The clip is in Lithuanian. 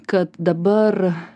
kad dabar